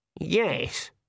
Yes